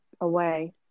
away